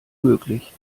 möglich